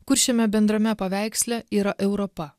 kur šiame bendrame paveiksle yra europa